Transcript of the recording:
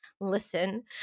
listen